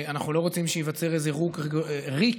אנחנו לא רוצים שייווצר איזה ריק רגולטורי,